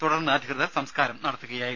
തുടർന്ന് അധികൃതർ സംസ്കാരം നടത്തുകയായിരുന്നു